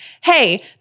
Hey